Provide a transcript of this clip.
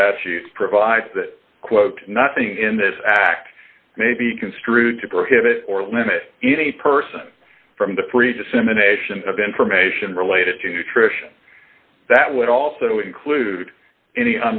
statutes provides that quote nothing in this act may be construed to prohibit or limit any person from the free dissemination of information related to nutrition that would also include any